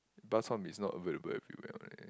bak-chor-mee is not a available everywhere I feel